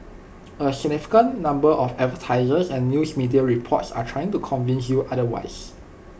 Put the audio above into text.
A significant number of advertisers and news media reports are trying to convince you otherwise